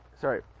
Sorry